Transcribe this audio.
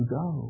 go